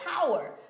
power